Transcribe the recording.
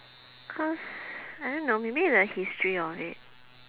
cause I don't know maybe the history of it